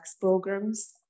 programs